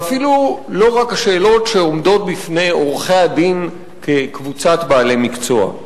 ואפילו לא רק השאלות שעומדות בפני עורכי-הדין כקבוצת בעלי מקצוע.